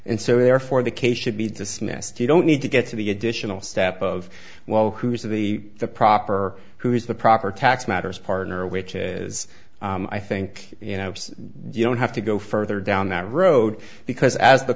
and so therefore the case should be dismissed you don't need to get to the additional step of well who's of the the proper or who is the proper tax matters partner which is i think you know you don't have to go further down that road because as the